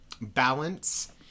balance